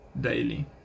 daily